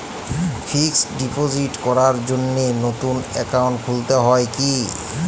Fix deposit করার জন্য নতুন অ্যাকাউন্ট খুলতে হয় কী?